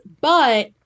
but-